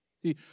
See